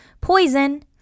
poison